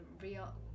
real